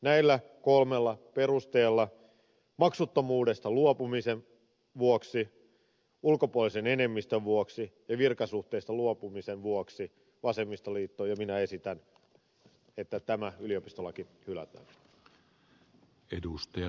näillä kolmella perusteella maksuttomuudesta luopumisen vuoksi ulkopuolisen enemmistön vuoksi ja virkasuhteista luopumisen vuoksi vasemmistoliitto ja minä esitän että tämä yliopistolaki hylätään